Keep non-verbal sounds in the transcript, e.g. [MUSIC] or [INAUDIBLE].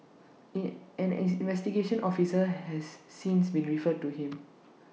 in an is investigation officer has since been referred to him [NOISE]